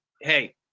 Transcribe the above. hey